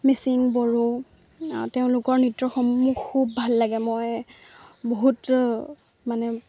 মিচিং বড়ো তেওঁলোকৰ নৃত্যসমূূহ খুব ভাল লাগে মই বহুত মানে